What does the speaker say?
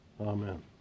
Amen